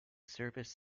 service